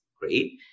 great